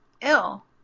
ill